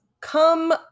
come